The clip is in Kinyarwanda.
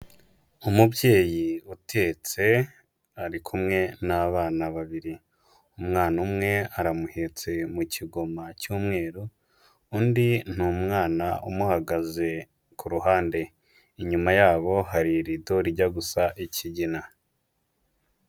Umubyeyi utetse, ari kumwe n'abana babiri, umwana umwe aramuhetse mu kigoma cy'umweru, undi ni umwana umuhagaze ku ruhande, inyuma yabo hari irido rijya gusa ikigina.